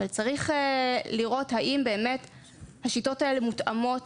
צריך לראות האם השיטות האלה מותאמות,